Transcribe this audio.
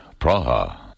Praha